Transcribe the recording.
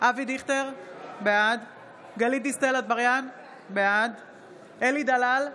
אבי דיכטר, בעד גלית דיסטל אטבריאן, בעד אלי דלל,